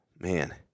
man